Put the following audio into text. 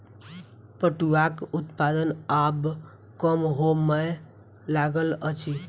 पटुआक उत्पादन आब कम होमय लागल अछि